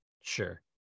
Sure